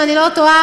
אם אני לא טועה,